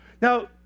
Now